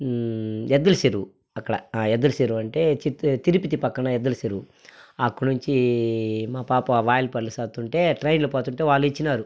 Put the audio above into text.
యద్దలి చెరువు అక్కడ యద్దలి చెరువంటే చిత్తూ తిరుపితి పక్కన యద్దలి చెరువు అక్కడనుంచి మా పాప వాయలపాడులో చదువుతుంటే ట్రైన్లో పోతుంటే వాళ్ళిచ్చినారు